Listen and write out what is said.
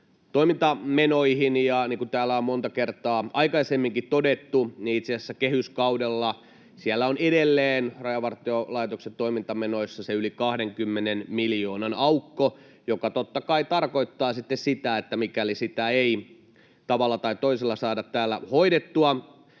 kuin täällä on monta kertaa aikaisemminkin todettu, niin itse asiassa kehyskaudella on edelleen Rajavartiolaitoksen toimintamenoissa se yli 20 miljoonan aukko, joka totta kai tarkoittaa sitten sitä, että mikäli sitä ei tavalla tai toisella saada täällä hoidettua,